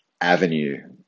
avenue